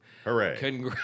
Hooray